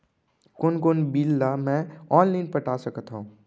कोन कोन बिल ला मैं ऑनलाइन पटा सकत हव?